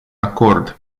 acord